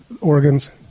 organs